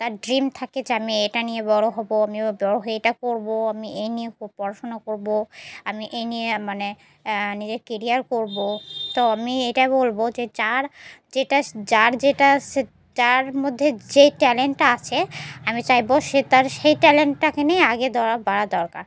তার ড্রিম থাকে যে আমি এটা নিয়ে বড়ো হবো আমি ব এটা করবো আমি এই নিয়ে খুব পড়াশোনা করবো আমি এই নিয়ে মানে নিজের কেরিয়ার করবো তো আমি এটা বলবো যে যার যেটা যার যেটা সে যার মধ্যে যেই ট্যালেন্টটা আছে আমি চাইব সে তার সেই ট্যালেন্টটাকে নিয়ে আগে দর বাড়া দরকার